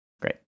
Great